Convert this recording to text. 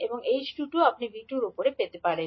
এবং h22 আপনি V 2 এর উপর I 2 হিসাবে পাবেন